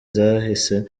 zahise